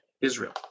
Israel